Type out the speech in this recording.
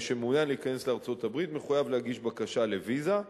שמעוניין להיכנס לארצות-הברית מחויב להגיש בקשה לוויזה.